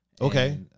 Okay